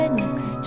next